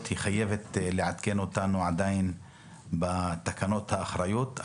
שחייבת לעדכן אותנו עדיין על תקנות האחריות.